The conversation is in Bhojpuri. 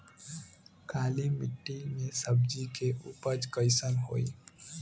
काली मिट्टी में सब्जी के उपज कइसन होई?